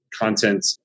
content